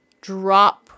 drop